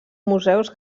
museus